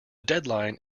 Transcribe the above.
deadline